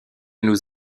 nous